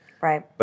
Right